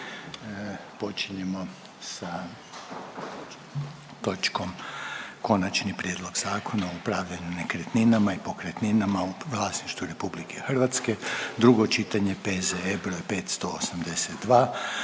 počinjemo sa točkom Konačni prijedlog zakona o upravljanju nekretninama i pokretninama u vlasništvu Republike Hrvatske, drugo čitanje, P.Z.E. br. 582.